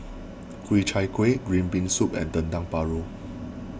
Ku Chai Kuih Green Bean Soup and Dendeng Paru